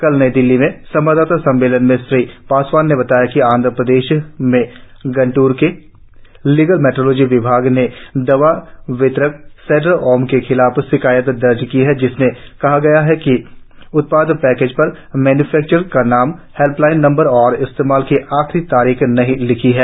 कल नई दिल्ली में संवाददाता सम्मेलन में श्री पासवान ने बताया कि आंध्र प्रदेश में ग्रंटूर के लीगल मेट्रोलॉजी विभाग ने दवा वितरक सेडेर ओम के खिलाफ शिकायत दर्ज की है जिसमें कहा गया है कि उत्पाद पैकेज पर मैन्फक्चरर का नाम हेल्पलाइन नंबर और इस्तेमाल की आखिरी तारीख नहीं लिखी है